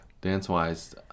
Dance-wise